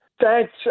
Thanks